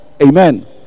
amen